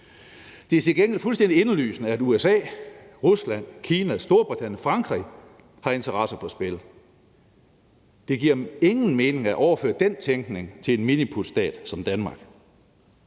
Det er til gengæld fuldstændig indlysende, at USA, Rusland, Kina, Storbritannien, Frankrig har interesser på spil. Det giver ingen mening at overføre den tænkning til en miniputstat som Danmark.